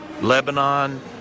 Lebanon